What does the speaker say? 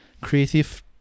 creative